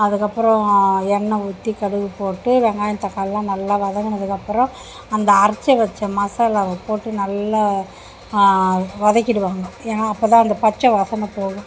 அதுக்கப்புறம் எண்ணெய் ஊற்றி கடுகு போட்டு வெங்காயம் தக்காளியெலாம் நல்லா வதங்கினதுக்கு அப்புறம் அந்த அரைச்சு வைச்ச மசாலாவை போட்டு நல்லா வதக்கிவிடுவாங்க ஏன்னால் அப்போ தான் அந்த பச்ச வாசனை போகும்